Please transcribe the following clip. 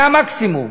זה המקסימום.